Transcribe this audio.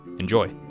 Enjoy